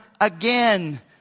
again